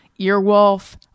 Earwolf